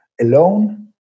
alone